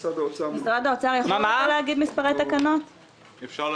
במגזר הערבי ובתוכניות